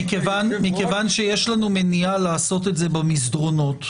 מכיוון שיש לנו מניעה לעשות את זה במסדרונות,